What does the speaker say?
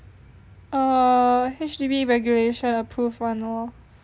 err H_D_B regulation approved [one] lor